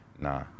Nah